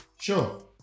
Sure